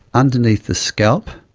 underneath the scalp,